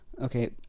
Okay